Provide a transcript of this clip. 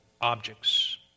objects